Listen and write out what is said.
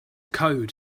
code